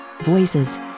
voices